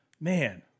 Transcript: man